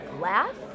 laugh